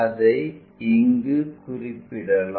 அதை இங்கு குறிப்பிடலாம்